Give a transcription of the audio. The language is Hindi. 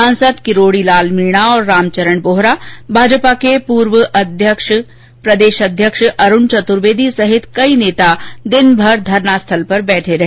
सांसद किरोड़ी लाल मीणा और रामचरण बोहरा भाजपा के पूर्व अध्यक्ष अरूण चतुर्वेद सहित कई नेता दिनभर धरना स्थल पर बैठे रहे